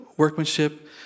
workmanship